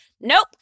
nope